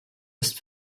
ist